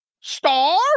star